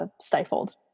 stifled